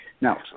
Now